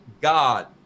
God